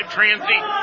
Transit